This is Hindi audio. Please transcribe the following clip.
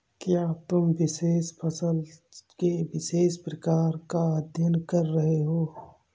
क्या तुम विशेष फसल के विशेष प्रकार का अध्ययन कर रहे हो?